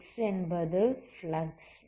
wxஎன்பது flux